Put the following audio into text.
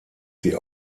sie